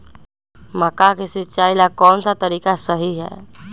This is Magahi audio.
मक्का के सिचाई ला कौन सा तरीका सही है?